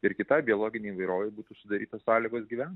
ir kitai biologinei įvairovei būtų sudarytos sąlygos gyvent